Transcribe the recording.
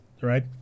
right